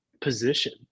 position